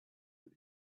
that